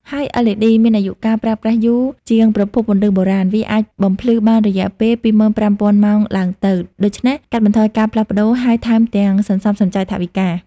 ហើយLED មានអាយុកាលប្រើប្រាស់យូរ ជាងប្រភពពន្លឺបុរាណ។ វាអាចបំភ្លឺបានរយៈពេលពី 25,000 ម៉ោងឡើងទៅ ដូច្នេះកាត់បន្ថយការផ្លាស់ប្ដូរហើយថែមទាំងសន្សំសំចៃថវិកា។